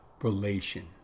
relation